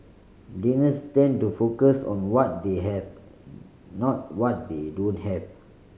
Danes tend to focus on what they have not what they don't have